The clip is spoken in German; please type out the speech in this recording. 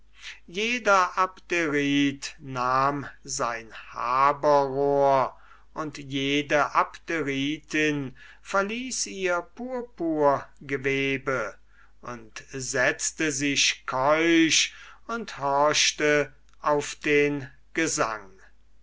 jeder abderit nahm sein haberrohr und jede abderitin verließ ihr purpurgewebe und setzte sich keusch und horchte auf den gesang